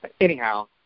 anyhow